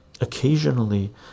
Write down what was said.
occasionally